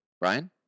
Ryan